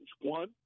One